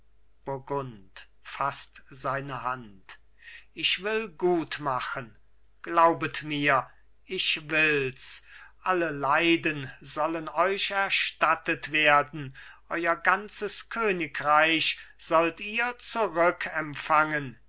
faßt seine hand ich will gutmachen glaubet mir ich wills alle leiden sollen euch erstattet werden euer ganzes königreich sollt ihr zurück empfangen